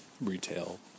retail